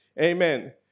Amen